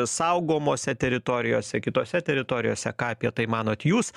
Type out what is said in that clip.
saugomose teritorijose kitose teritorijose ką apie tai manot jūs